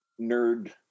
nerd